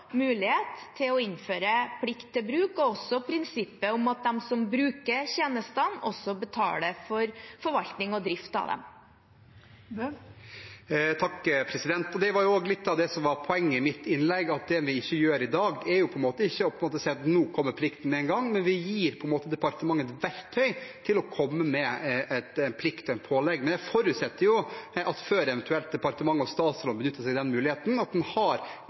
mulighet til å innføre plikt til bruk – og også prinsippet om at de som bruker tjenestene, også betaler for forvaltning og drift av dem. Det var også litt av det som var poenget i mitt innlegg, at det vi gjør i dag, er på en måte ikke å si at nå kommer plikten med en gang, men vi gir departementet et verktøy til å komme med en plikt og et pålegg. Men jeg forutsetter at før departementet og statsråden eventuelt benytter seg av den muligheten,